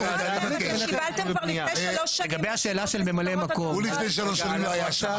אתם קיבלתם כבר לפני שלוש שנים --- הוא לפני שלוש שנים לא היה שם.